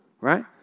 right